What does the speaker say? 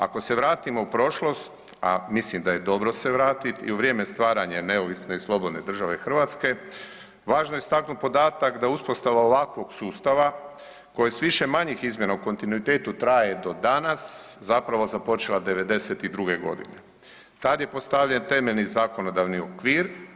Ako se vratimo u prošlost, a mislim da je dobro se vratit i u vrijeme stvaranja neovisne i slobodne države Hrvatske važno je istaknut podatak da uspostava ovakvog sustava koji s više manjih izmjena u kontinuitetu traje do danas zapravo je započela '92.g. Tad je postavljen temeljni zakonodavni okvir.